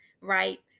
right